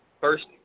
first